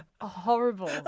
horrible